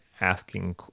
asking